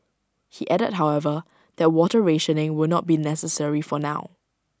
he added however that water rationing will not be necessary for now